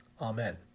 Amen